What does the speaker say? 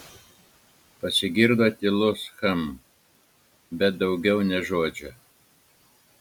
pasigirdo tylus hm bet daugiau nė žodžio